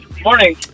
Morning